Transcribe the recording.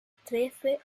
trece